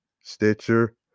Stitcher